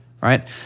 right